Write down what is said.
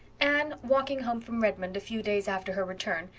anne, walking home from redmond a few days after her return,